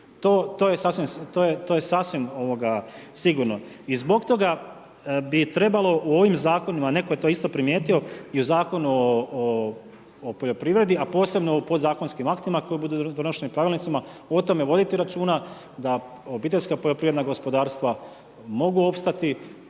To je sasvim sigurno i zbog toga bi trebalo u ovim zakonima, netko je to isto primijetio i u Zakonu o poljoprivredi, a posebno o podzakonskim aktima koji budu donošeni pravilnicima o tome voditi računa da OPG-ovi mogu opstati i ostati